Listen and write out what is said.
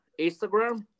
Instagram